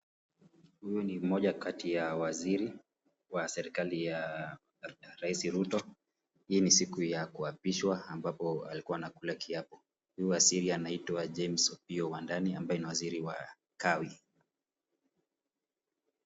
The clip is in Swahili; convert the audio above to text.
Huyu ni mmoja kati ya waziri wa serikali ya raisi Ruto. Hii ni siku ya kuapishwa ambapo alikuwa anakula kiapo. Huyu waziri anitwa James Opiyo Wandayi ambaye ni waziri wa kawi.